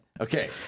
Okay